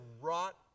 rot